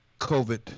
COVID